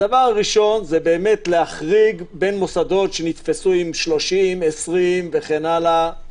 זה להחריג בין מוסדות שנתפסו עם 30, 20 וכן הלאה.